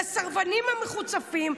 לסרבנים המחוצפים: